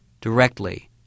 directly